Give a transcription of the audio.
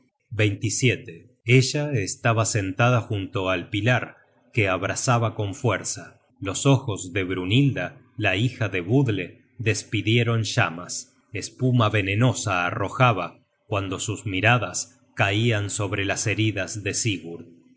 espedicion ella estaba sentada junto al pilar que abrazaba con fuerza los ojos de brynhilda la hija de budle despidieron llamas espuma venenosa arrojaba cuando sus miradas caian sobre las heridas de sigurd